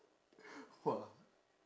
!wah!